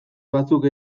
batzuk